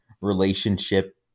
relationship